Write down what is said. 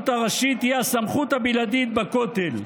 הראשית תהיה הסמכות הבלעדית בכותל.